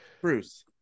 Bruce